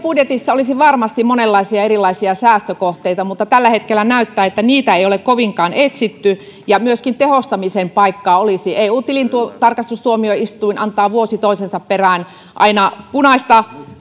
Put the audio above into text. budjetissa olisi varmasti monenlaisia erilaisia säästökohteita mutta tällä hetkellä näyttää siltä että niitä ei ole kovinkaan etsitty myöskin tehostamisen paikkaa olisi eun tilintarkastustuomioistuin näyttää aina vuosi toisensa perään punaista